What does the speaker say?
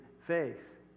faith